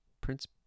Prince